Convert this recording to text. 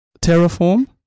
Terraform